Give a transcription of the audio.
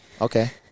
Okay